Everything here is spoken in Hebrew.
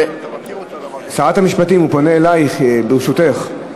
שרת המשפטים, הוא פונה אלייך, ברשותך.